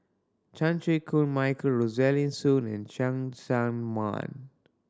Chan Chew Koon Michael Rosaline Soon and Cheng Tsang Man